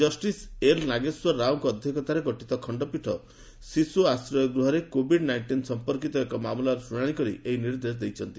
justice L Nageswara ରାଓଙ୍କ ଅଧ୍ୟକ୍ଷତାରେ ଗଠିତ ଖଣ୍ଡପୀଠ ଶିଶୁ ଆଶ୍ରୟ ଗୃହରେ କୋଭିଡ୍ ନାଇଣ୍ଜିନ୍ ସମ୍ପର୍କିତ ଏକ ମାମଲାର ଶୁଣାଣି କରି ଏହି ନିର୍ଦ୍ଦେଶ ଦେଇଛନ୍ତି